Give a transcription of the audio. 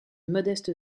modeste